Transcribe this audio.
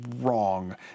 wrong